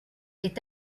est